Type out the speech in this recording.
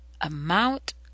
amount